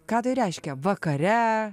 ką tai reiškia vakare